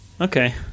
Okay